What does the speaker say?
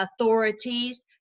authorities